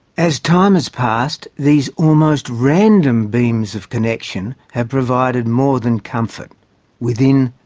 as time has passed, these almost-random beams of connection have provided more than comfort within,